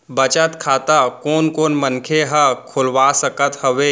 बचत खाता कोन कोन मनखे ह खोलवा सकत हवे?